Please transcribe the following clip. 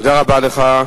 תודה רבה לך,